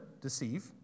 deceive